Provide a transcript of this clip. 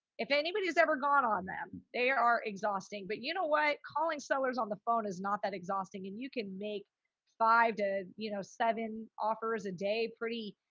if anybody's ever gone on them, they are exhausting. but you know what? calling sellers on the phone is not that exhausting. and you can make five to you know seven offers a day pretty,